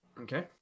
Okay